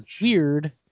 weird